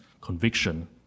conviction